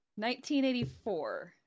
1984